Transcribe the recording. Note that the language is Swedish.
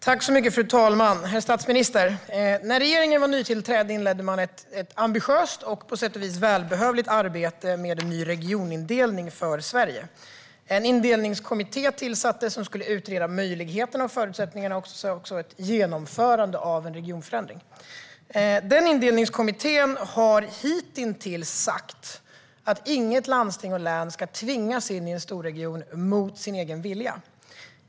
Fru talman och herr statsminister! När regeringen var nytillträdd inledde man ett ambitiöst och på sätt och vis välbehövligt arbete med en ny regionindelning för Sverige. En indelningskommitté tillsattes som skulle utreda möjligheterna, förutsättningarna och även ett genomförande av en regionförändring. Denna indelningskommitté har hitintills sagt att inget landsting och län ska tvingas in i en storregion mot sin vilja.